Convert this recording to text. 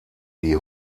die